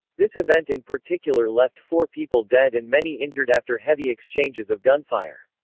this event in particular left four people dead and many injured after heavy exchanges of gunfire.